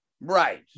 Right